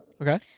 Okay